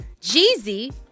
Jeezy